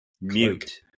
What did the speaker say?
Mute